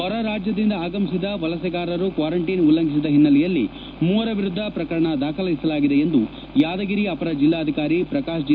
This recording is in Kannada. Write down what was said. ಹೊರ ರಾಜ್ಯದಿಂದ ಆಗಮಿಸಿದ ವಲಸೆಗಾರರು ಕ್ವಾರಂಟೀನ್ ಉಲ್ಲಂಘಿಸಿದ ಹಿನ್ನೆಲೆಯಲ್ಲಿ ಮೂವರ ವಿರುದ್ದ ಪ್ರಕರಣ ದಾಖಲಿಸಲಾಗಿದೆ ಎಂದು ಯಾದಗಿರಿ ಅಪರ ಜಿಲ್ಲಾಧಿಕಾರಿ ಪ್ರಕಾಶ್ ಜಿ